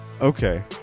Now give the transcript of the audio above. Okay